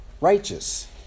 righteous